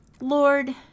Lord